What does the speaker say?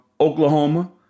Oklahoma